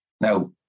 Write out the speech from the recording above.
Now